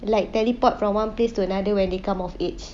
like teleport from one place to another when they come of age